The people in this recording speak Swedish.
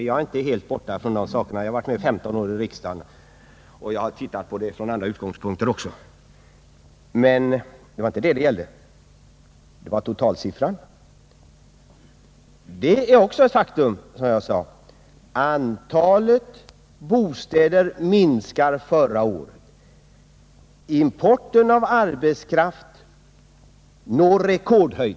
Jag står inte helt främmande för de här sakerna; jag har varit med i riksdagen i 15 år, och jag har haft anledning att studera detta även från andra utgångspunkter. Men det var inte det det gällde. Vad det gällde var totalsiffran. Det är ett faktum att, som jag sade, bostadsproduktionen minskade förra året. Importen av arbetskraft nådde samtidigt rekordhöjd.